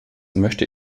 möchte